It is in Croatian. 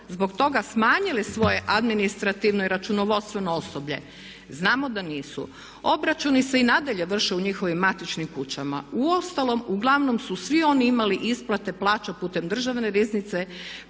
zbog toga smanjili svoje administrativno i računovodstveno osoblje? Znamo da nisu. Obračuni se i nadalje vrše u njihovim matičnim kućama. Uostalom, uglavnom su svi oni imali isplate plaća putem Državne riznice